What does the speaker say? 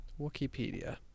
Wikipedia